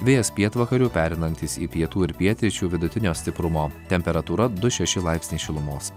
vėjas pietvakarių pereinantis į pietų ir pietryčių vidutinio stiprumo temperatūra du šeši laipsniai šilumos